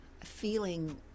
feeling